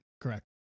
Correct